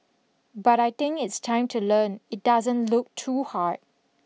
but I think it's time to learn it doesn't look too hard